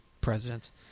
presidents